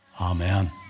Amen